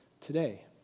today